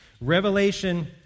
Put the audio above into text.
Revelation